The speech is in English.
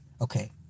Okay